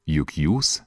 juk jūs